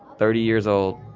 thirty years old,